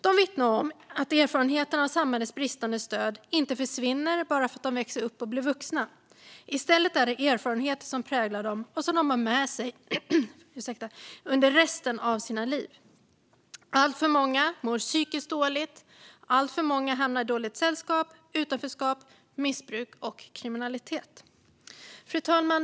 De vittnar om att erfarenheterna av samhällets bristande stöd inte försvinner bara för att de växer upp och blir vuxna. I stället är det erfarenheter som präglar dem och som de bär med sig under resten av sina liv. Alltför många mår psykiskt dåligt; alltför många hamnar i dåligt sällskap, i utanförskap, missbruk och kriminalitet. Fru talman!